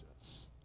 Jesus